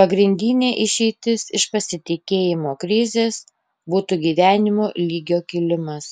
pagrindinė išeitis iš pasitikėjimo krizės būtų gyvenimo lygio kilimas